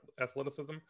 athleticism